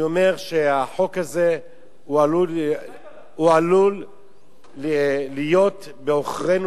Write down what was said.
אני אומר שהחוק הזה עלול להיות בעוכרינו,